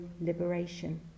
liberation